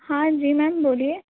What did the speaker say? हाँ जी मैम बोलिए